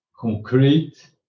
concrete